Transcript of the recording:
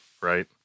right